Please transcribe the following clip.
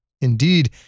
Indeed